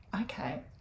Okay